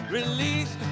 Release